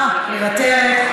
אה, מוותרת.